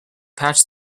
patch